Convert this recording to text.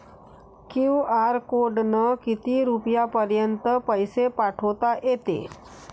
QR कोडनं किती रुपयापर्यंत पैसे पाठोता येते?